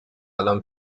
الان